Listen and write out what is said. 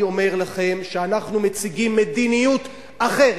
אני אומר לכם שאנחנו מציגים מדיניות אחרת,